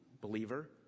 believer